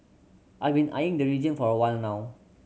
I've been eyeing the region for a while now